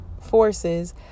forces